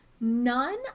none